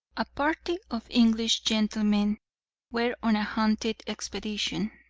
a party of english gentlemen were on a hunting expedition.